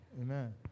Amen